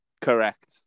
Correct